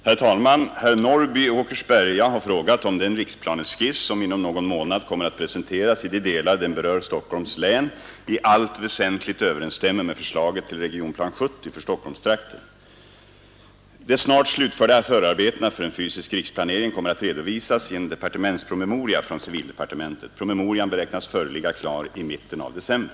Herr talman! Herr Norrby i Åkersberga har frågat om den riksplaneskiss, som inom någon månad kommer att presenteras, i de delar den berör Stockholms län, i allt väsentligt överensstämmer med förslaget till Regionplan 70 för Stockholmstrakten. De snart slutförda förarbetena för en fysisk riksplanering kommer att redovisas i en departementspromemoria från civildepartementet. Promemorian beräknas föreligga klar i mitten av december.